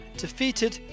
defeated